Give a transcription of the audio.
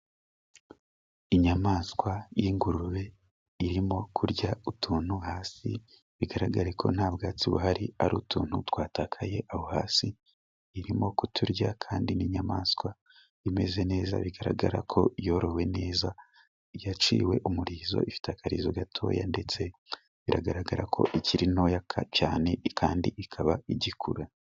Inyamaswa y'ingurube irimo kurya utuntu, hasi bigaragara ko nta bwatsi buhari ari utuntu twatakaye aho hasi, irimo kuturya kandi n'inyamaswa imeze neza bigaragara ko yorowe neza, yaciwe umurizo ifite akarizo gatoya ndetse biragaragara ko ikiri nto cyane kandi ikaba igikura.